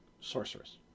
sorceress